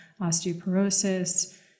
osteoporosis